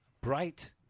bright